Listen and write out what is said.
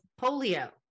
polio